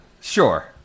Sure